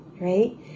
right